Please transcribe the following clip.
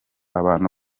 abantu